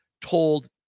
told